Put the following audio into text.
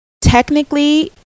technically